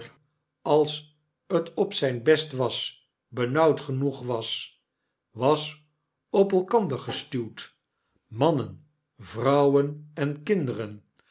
als t op zyn best was benauwd genoeg was was op elkander gestuwd mannen vrouwen en kinderen